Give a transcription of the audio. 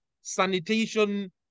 sanitation